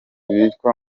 bitwa